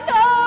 no